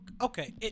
Okay